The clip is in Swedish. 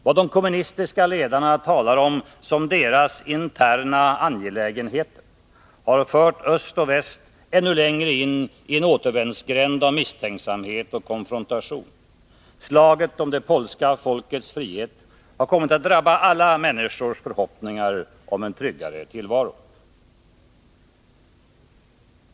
Vad de kommunistiska ledarna talar om som deras interna angelägenheter har fört öst och väst ännu längre in i en återvändsgränd av misstänksamhet och konfrontation. Slaget mot det polska folkets frihet har kommit att drabba alla människors förhoppningar om en tryggare tillvaro.